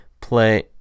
play